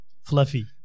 fluffy